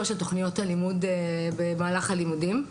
של תוכניות הלימוד במהלך הלימודים.